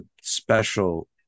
special